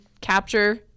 capture